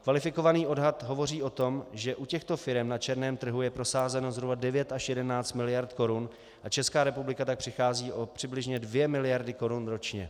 Kvalifikovaný odhad hovoří o tom, že u těchto firem je na černém trhu prosázeno zhruba 9 až 11 mld. korun, a Česká republika tak přichází o přibližně 2 mld. korun ročně.